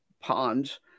ponds